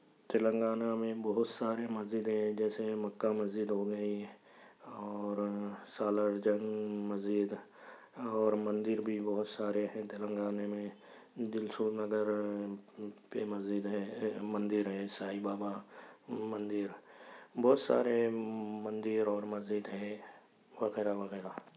تلنگانہ میں بہت سارے مسجدیں ہے جیسے مکّہ مسجد ہو گئی اور سالار جنگ مسجد اور مندر بھی بہت سارے ہیں تلنگانے میں دِل چھو نگر پہ مسجد ہے مندر ہیں سائی بابا مندر بہت سارے مندر اور مسجد ہیں وغیرہ وغیرہ